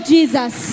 Jesus